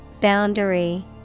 Boundary